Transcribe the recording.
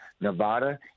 Nevada